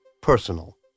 personal